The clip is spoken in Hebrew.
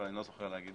אבל אני לא זוכר להגיד